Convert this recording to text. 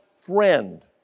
friend